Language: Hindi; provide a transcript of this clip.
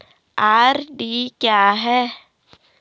आर.डी क्या है?